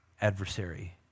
adversary